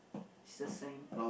is the same